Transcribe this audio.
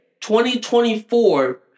2024